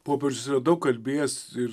popiežius yra daug kalbėjęs ir